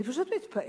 אני פשוט מתפעלת